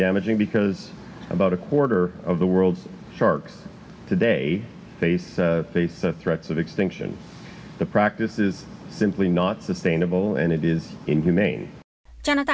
damaging because about a quarter of the world's sharks today they said threats of extinction the practice is simply not sustainable and it is inhumane gen